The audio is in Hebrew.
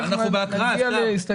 אנחנו בהקראה.